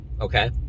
okay